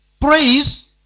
Praise